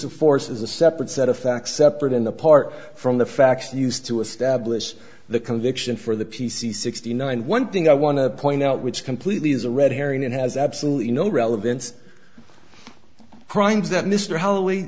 of force is a separate set of facts separate and apart from the facts used to establish the conviction for the p c sixty nine one thing i want to point out which completely is a red herring and has absolutely no relevance crimes that mr hollow